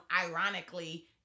ironically